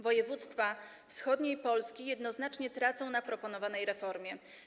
Województwa wschodniej Polski jednoznacznie tracą na proponowanej reformie.